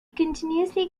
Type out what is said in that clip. continuously